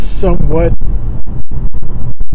somewhat